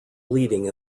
bleeding